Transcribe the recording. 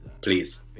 Please